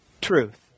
truth